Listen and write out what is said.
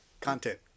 Content